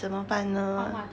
怎么办呢